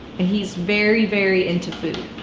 and he's very very into food.